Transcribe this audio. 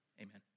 amen